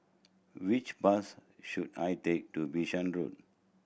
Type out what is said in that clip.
which bus should I take to Bishan Road